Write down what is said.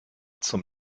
zum